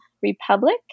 republic